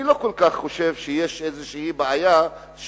אני לא חושב כל כך שיש איזושהי בעיה שנוצרה